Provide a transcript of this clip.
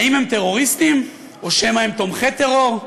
האם הם טרוריסטים או שמא הם תומכי טרור?